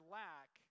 lack